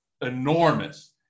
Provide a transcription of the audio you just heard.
enormous